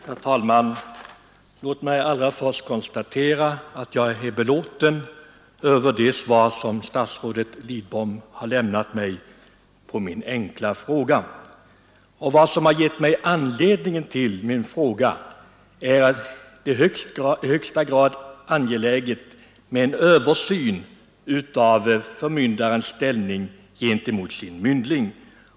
Herr talman! Låt mig allra först konstatera att jag är belåten över det svar som statsrådet Lidbom har lämnat mig på min enkla fråga. Anledningen till min fråga är att det i högsta grad är angeläget med en översyn av förmyndares ställning gentemot sin myndling.